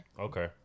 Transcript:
okay